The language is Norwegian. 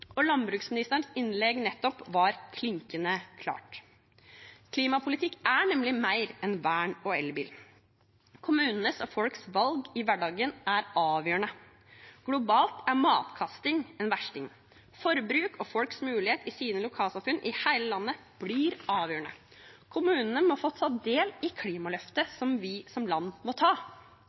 Landbruksministerens innlegg nettopp var klinkende klart. Klimapolitikk er nemlig mer enn vern og elbil. Kommunenes og folks valg i hverdagen er avgjørende. Globalt er matkasting en versting. Forbruk og folks muligheter i sine lokalsamfunn i hele landet blir avgjørende. Kommunene må få ta del i klimaløftet vi som land må ta.